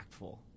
impactful